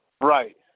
right